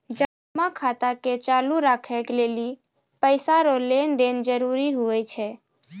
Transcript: जमा खाता के चालू राखै लेली पैसा रो लेन देन जरूरी हुवै छै